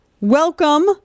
Welcome